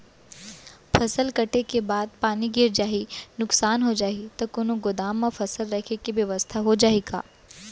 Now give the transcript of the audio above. फसल कटे के बाद पानी गिर जाही, नुकसान हो जाही त कोनो गोदाम म फसल रखे के बेवस्था हो जाही का?